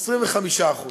25%. 25%,